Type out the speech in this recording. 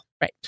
Right